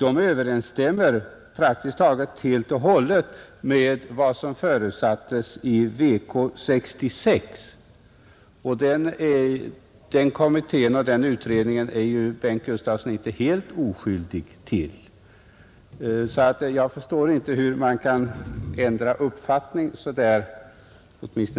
överensstämmer praktiskt taget helt och hållet med vad som förutsattes av VK 66, och den kommitténs utredningsresultat är ju herr Gustavsson inte helt oskyldig till. Jag förstår inte hur man kan ändra uppfattning så där snabbt.